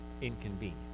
inconvenient